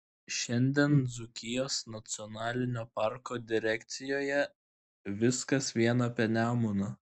šiandien dzūkijos nacionalinio parko direkcijoje viskas vien apie nemuną